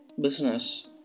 business